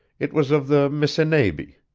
it was of the missinaibie,